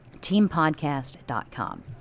teampodcast.com